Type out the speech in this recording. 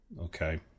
Okay